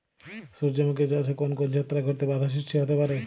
সূর্যমুখী চাষে কোন কোন ছত্রাক ঘটিত বাধা সৃষ্টি হতে পারে?